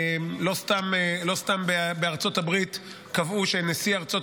לא סתם בארצות הברית קבעו שנשיא ארצות